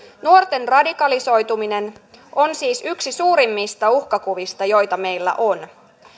nuorten radikalisoituminen on siis yksi suurimmista uhkakuvista joita meillä on